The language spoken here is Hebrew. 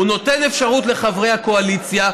הוא נותן אפשרות לחברי הקואליציה,